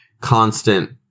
constant